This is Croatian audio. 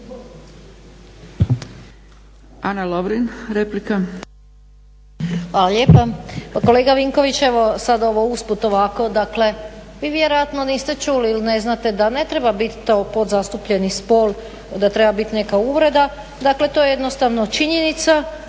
**Lovrin, Ana (HDZ)** Hvala lijepa. Kolega Vinković, evo sad ovo usput ovako, dakle vi vjerojatno niste čuli ili ne znate da ne treba biti to podzastupljeni spol da treba biti neka uvreda, dakle to je jednostavno činjenica